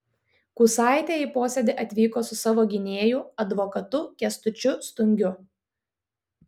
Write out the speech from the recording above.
kusaitė į posėdį atvyko su savo gynėju advokatu kęstučiu stungiu